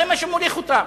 זה מה שמוליך אותם.